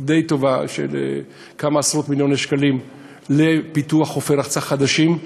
די טובה של כמה עשרות-מיליוני שקלים לפיתוח חופי רחצה חדשים,